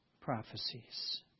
prophecies